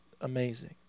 amazing